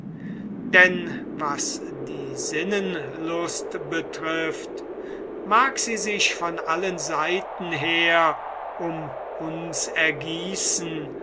denn was die sinnenlust betrifft mag sie sich von allen seiten her um uns ergießen